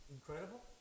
Incredible